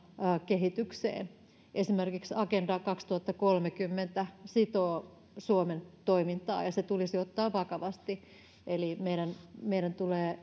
kehitykseen esimerkiksi agenda kaksituhattakolmekymmentä sitoo suomen toimintaa ja se tulisi ottaa vakavasti eli meidän meidän tulee